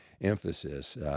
emphasis